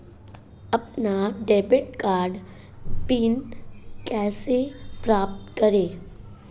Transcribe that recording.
अपना debit card PIN कैसे प्राप्त करें?